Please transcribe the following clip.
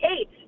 eight